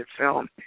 film